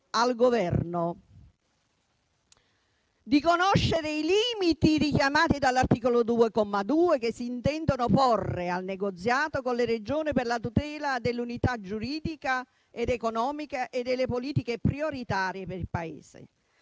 al Governo: di conoscere i limiti richiamati dall'articolo 2, comma 2, che si intendono porre al negoziato con le Regioni per la tutela dell'unità giuridica ed economica e delle politiche prioritarie per il Paese;